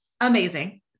amazing